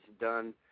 done